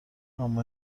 اما